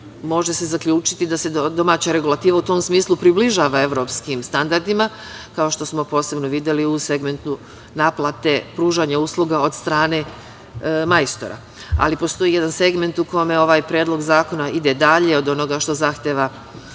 može se zaključiti da se domaća regulativa u tom smislu približava evropskim standardima, kao što smo posebno videli u segmentu naplate pružanja usluga od strane majstora. Ali, postoji jedan segment u kome ovaj predlog zakona ide dalje od onoga što zahteva